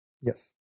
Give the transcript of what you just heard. Yes